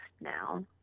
now